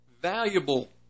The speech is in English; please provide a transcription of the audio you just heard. valuable